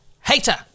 Hater